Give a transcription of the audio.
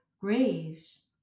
graves